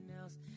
else